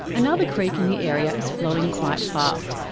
another creek in the area is flowing quite fast.